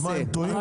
אז מה, הם טועים?